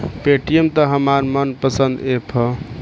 Paytm त हमार मन पसंद ऐप ह